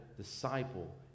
disciple